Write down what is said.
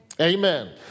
Amen